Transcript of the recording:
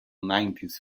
nineties